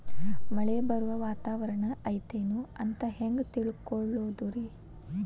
ಮಳೆ ಬರುವ ವಾತಾವರಣ ಐತೇನು ಅಂತ ಹೆಂಗ್ ತಿಳುಕೊಳ್ಳೋದು ರಿ?